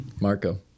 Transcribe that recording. Marco